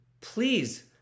please